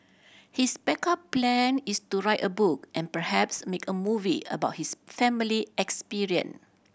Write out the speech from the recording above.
his backup plan is to write a book and perhaps make a movie about his family experience